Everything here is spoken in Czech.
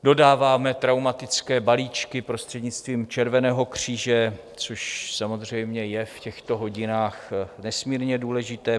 Dodáváme traumatické balíčky prostřednictvím Červeného kříže, což samozřejmě je v těchto hodinách nesmírně důležité.